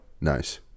Nice